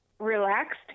relaxed